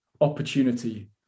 opportunity